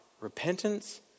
repentance